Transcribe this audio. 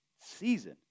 season